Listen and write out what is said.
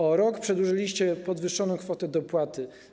O rok przedłużyliście podwyższoną kwotę dopłaty.